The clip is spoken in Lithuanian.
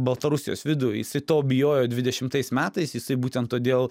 baltarusijos vidų isai to bijojo dvidešimtais metais jisai būtent todėl